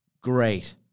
great